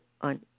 on